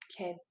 Okay